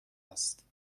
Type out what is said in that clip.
است